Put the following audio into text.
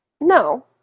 No